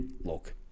look